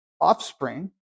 offspring